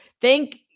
thank